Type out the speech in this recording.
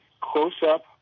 close-up